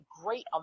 great